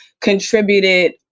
contributed